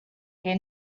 que